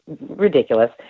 ridiculous